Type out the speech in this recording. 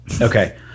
okay